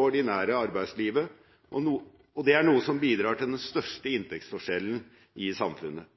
ordinære arbeidslivet, noe som bidrar til den største inntektsforskjellen i samfunnet